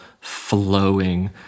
flowing